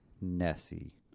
Nessie